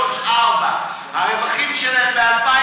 3.4. הרווחים שלהם ב-2015: